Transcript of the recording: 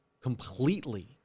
completely